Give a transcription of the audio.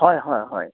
হয় হয় হয়